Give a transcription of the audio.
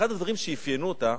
ואחד הדברים שאפיינו אותה,